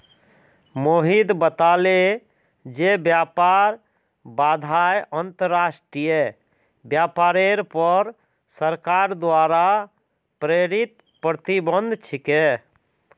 मोहित बताले जे व्यापार बाधाएं अंतर्राष्ट्रीय व्यापारेर पर सरकार द्वारा प्रेरित प्रतिबंध छिके